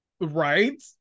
Right